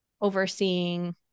overseeing